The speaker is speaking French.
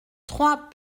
trois